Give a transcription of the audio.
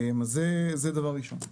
זה דבר ראשון.